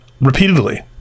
repeatedly